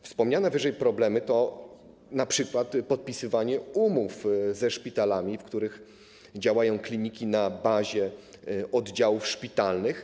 Wspomniane wyżej problemy to np. podpisywanie umów ze szpitalami, w których działają kliniki na bazie oddziałów szpitalnych.